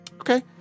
Okay